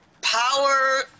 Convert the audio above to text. power